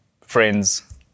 friends